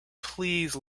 please